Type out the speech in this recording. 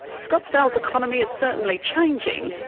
scottsdale's economy is certainly changing,